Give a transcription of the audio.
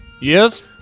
Yes